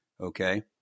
okay